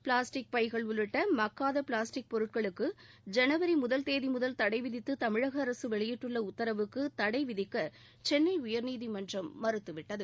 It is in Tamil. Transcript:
பிளாஸ்டிக் பைகள் உள்ளிட்ட மக்காத பிளாஸ்டிக் பொருட்களுக்கு ஜனவரி முதல் தேதி முதல் தடை விதித்து தமிழக அரசு வெளியிட்டுள்ள உத்தரவுக்கு தடை விதிக்க சென்னை உயா்நீதிமன்றம் மறுத்துவிட்டது